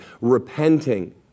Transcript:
repenting